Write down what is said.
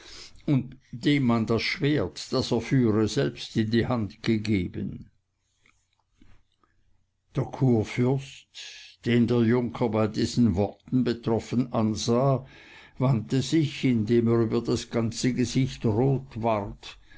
und dem man das schwert das er führe selbst in die hand gegeben der kurfürst den der junker bei diesen worten betroffen ansah wandte sich indem er über das ganze gesicht rot ward